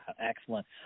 Excellent